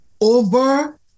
over